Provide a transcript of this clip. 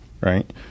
right